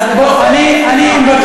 אני לא הפרעתי לקודמים פה.